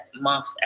month